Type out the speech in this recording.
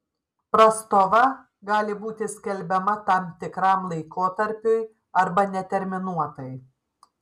prastova gali būti skelbiama tam tikram laikotarpiui arba neterminuotai